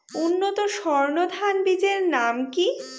উন্নত সর্ন ধান বীজের নাম কি?